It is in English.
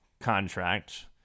contract